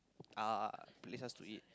uh places to eat